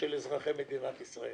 איך זה מקרין על גובה קצבת הזקנה?